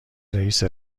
رئیست